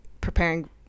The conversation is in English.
preparing